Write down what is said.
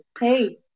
hey